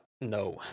no